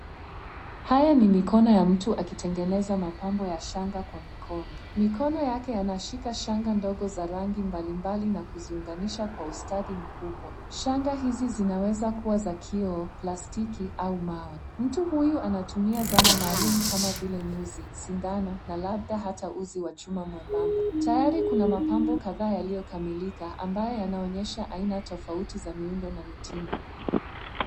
Haya ni mikono ya mtu akitengeneza mapambo ya shanga kwa mikono. Mikono yake yanashika shanga ndogo za rangi mbalimbali na kuziunganisha kwa ustadi mkubwa. Shangaa hizi zinaweza kuwa za kioo, plastiki au mawe. Mtu huyu anatumia zana maalum kama vile nyuzi, sindano na labda hata uzi wa chuma mwembamba. Tayari kuna mapambo kadhaa yaliyokamilika amabaye anaonyesha aina tofauti za miundo na mitindo.